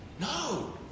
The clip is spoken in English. No